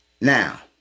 Now